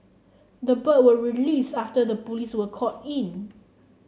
the bird was released after the police were called in